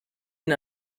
une